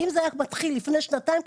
אם זה היה מתחיל לפני שנתיים,